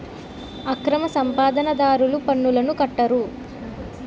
అక్రమ సంపాదన దారులు పన్నులను కట్టరు